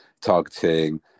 targeting